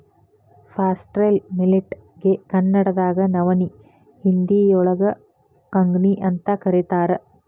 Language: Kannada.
ಫಾಸ್ಟ್ರೈಲ್ ಮಿಲೆಟ್ ಗೆ ಕನ್ನಡದಾಗ ನವನಿ, ಹಿಂದಿಯೋಳಗ ಕಂಗ್ನಿಅಂತ ಕರೇತಾರ